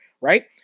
Right